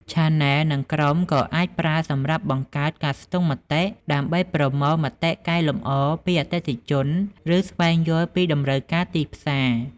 ឆានែល និងក្រុមក៏អាចប្រើសម្រាប់បង្កើតការស្ទង់មតិ ដើម្បីប្រមូលមតិកែលម្អពីអតិថិជន ឬស្វែងយល់ពីតម្រូវការទីផ្សារ។